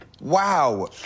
Wow